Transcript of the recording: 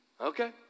Okay